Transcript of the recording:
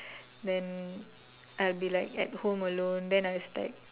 then I'll be like at home alone then I was like